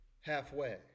halfway